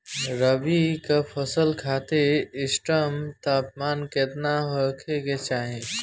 रबी क फसल खातिर इष्टतम तापमान केतना होखे के चाही?